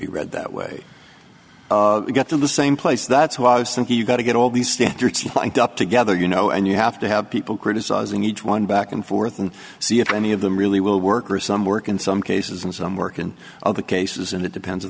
be read that way to get to the same place that's why i was thinking you got to get all these standards lined up together you know and you have to have people criticizing each one back and forth and see if any of them really will work or some work in some cases and some work and other cases and it depends on